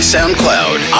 SoundCloud